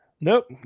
nope